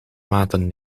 maten